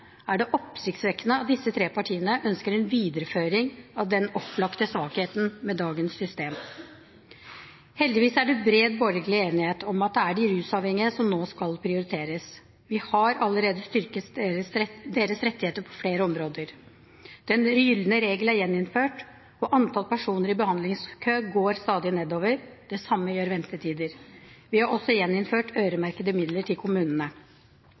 er det oppsiktsvekkende at disse tre partiene ønsker en videreføring av den opplagte svakheten ved dagens system. Heldigvis er det bred borgerlig enighet om at det er de rusavhengige som nå skal prioriteres. Vi har allerede styrket deres rettigheter på flere områder. Den gylne regel er gjeninnført, og antall personer i behandlingskø går stadig nedover, det samme gjør ventetider. Vi har også gjeninnført øremerkede midler til kommunene.